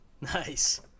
nice